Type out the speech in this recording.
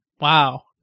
Wow